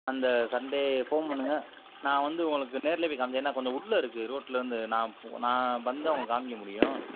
அந்த Sunday phone பண்ணுங்கள் நான் வந்து உங்களுக்கு நேரில் போய் காம்மிக்கிறேன் ஏன்னா கொஞ்சம் உள்ளே இருக்குது ரோட்லேருந்து நான் நான் வந்து தான் உங்களுக்கு காம்மிக்க முடியும்